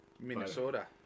Minnesota